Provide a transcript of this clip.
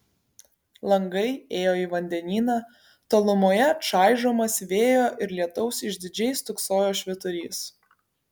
langai ėjo į vandenyną tolumoje čaižomas vėjo ir lietaus išdidžiai stūksojo švyturys